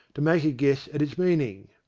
to make a guess at its meaning.